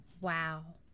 Wow